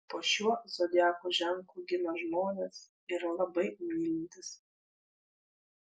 po šiuo zodiako ženklu gimę žmonės yra labai mylintys